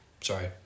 Sorry